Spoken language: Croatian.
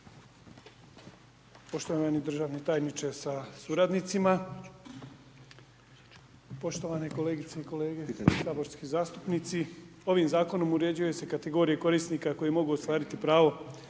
Poštovani državni tajniče sa suradnicima, poštovane kolegice i kolege saborski zastupnici. Ovim zakonom uređuje se kategorija korisnika koji mogu ostvariti pravo